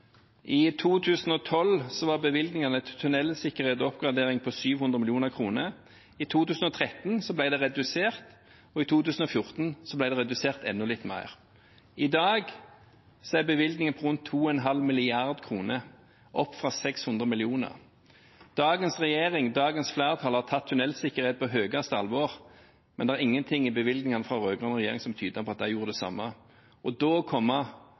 I 2012 var bevilgningene til tunnelsikkerhet og oppgradering på 700 mill. kr. I 2013 ble det redusert, og i 2014 ble det redusert enda litt mer. I dag er bevilgningen på rundt 2,5 mrd. kr, opp fra 600 mill. kr. Dagens regjering, dagens flertall har tatt tunnelsikkerhet på høyeste alvor, men det er ingenting i bevilgningene fra rød-grønn regjering som tyder på at de gjorde det samme. Å komme i dag og